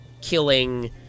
killing